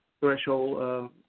threshold